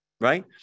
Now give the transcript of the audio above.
right